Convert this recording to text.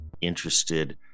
interested